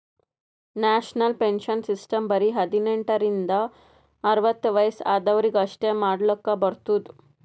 national pension system ಬರೆ ಹದಿನೆಂಟ ರಿಂದ ಅರ್ವತ್ ವಯಸ್ಸ ಆದ್ವರಿಗ್ ಅಷ್ಟೇ ಮಾಡ್ಲಕ್ ಬರ್ತುದ್